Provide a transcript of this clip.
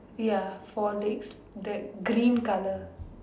ya four legs that green colour